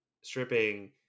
stripping